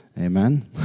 Amen